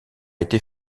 été